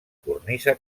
cornisa